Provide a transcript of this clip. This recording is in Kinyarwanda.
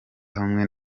hamwe